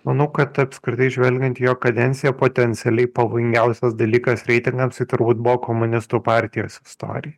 manau kad apskritai žvelgiant į jo kadencija potencialiai pavojingiausias dalykas reitingams tai turbūt buvo komunistų partijos istorija